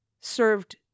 served